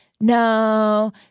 No